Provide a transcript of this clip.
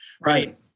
right